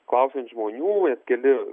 klausiant žmonių vos keli